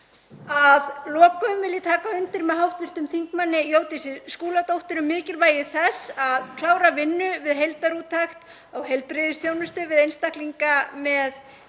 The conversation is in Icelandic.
Að lokum vil ég taka undir með hv. þm. Jódísi Skúladóttir um mikilvægi þess að klára vinnu við heildarúttekt á heilbrigðisþjónustu við einstaklinga með